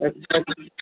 अच्छा जी